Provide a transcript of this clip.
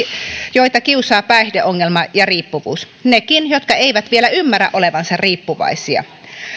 joita kiusaa päihdeongelma ja riippuvuus niidenkin jotka eivät vielä ymmärrä olevansa riippuvaisia